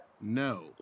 No